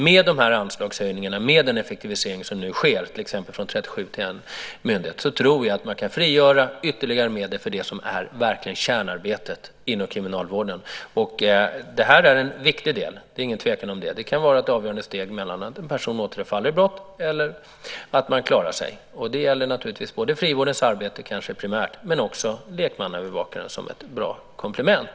Med dessa anslagshöjningar och med den effektivisering som nu sker, till exempel från 37 myndigheter till 1 myndighet, tror jag att man kan frigöra ytterligare medel för det som verkligen är kärnarbetet inom kriminalvården. Och det här är en viktig del, det är ingen tvekan om det. Det kan vara ett avgörande steg mellan att en person återfaller i brott eller att personen i fråga klarar sig. Det gäller naturligtvis både frivårdens arbete, kanske primärt, och lekmannaövervakaren som ett bra komplement.